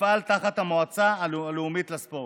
שתפעל תחת המועצה הלאומית לספורט.